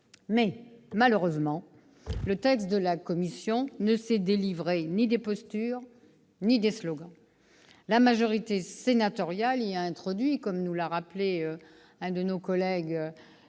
Malheureusement, le texte de la commission ne s'est délivré ni des unes ni des autres. La majorité sénatoriale y a introduit, comme l'a souligné l'un de nos collègues